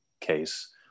case